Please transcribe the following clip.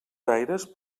gaires